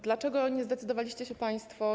Dlaczego nie zdecydowaliście się państwo.